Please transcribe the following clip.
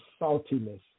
saltiness